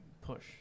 push